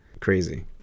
Crazy